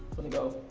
finna go.